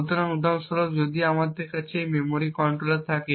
সুতরাং উদাহরণস্বরূপ যদি আমাদের কাছে এই মেমরি কন্ট্রোলার থাকে